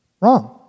Wrong